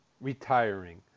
retiring